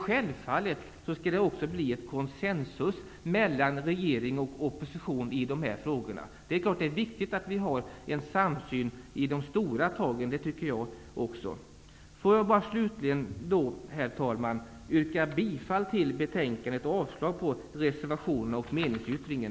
Självfallet skall det bli konsensus mellan regering och opposition i denna fråga. Det är viktigt med en samsyn i de stora frågorna. Herr talman! Jag yrkar bifall till hemställan i betänkandet och avslag på reservationerna och meningsyttringen.